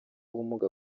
ubumuga